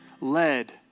led